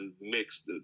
mixed